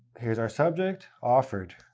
here's our subject, offered.